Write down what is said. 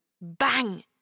Bang